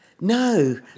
No